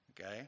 okay